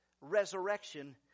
resurrection